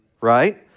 right